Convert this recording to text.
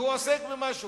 שהוא עוסק במשהו,